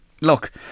look